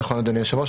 נכון אדוני היושב ראש.